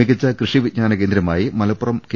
മികച്ച കൃഷി വിജ്ഞാന കേന്ദ്രമായി മലപ്പുറം കെ